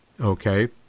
Okay